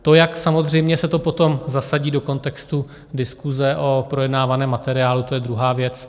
To, jak samozřejmě se to potom zasadí do kontextu diskuse o projednávaném materiálu, to je druhá věc.